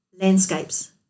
landscapes